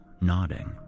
nodding